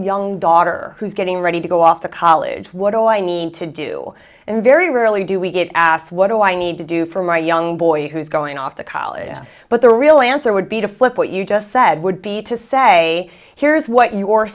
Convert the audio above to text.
young daughter who's getting ready to go off to college what do i need to do and very rarely do we get asked what do i need to do for my young boy who is going off to college but the real answer would be to flip what you just said would be to say here's what your